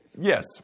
Yes